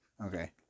Okay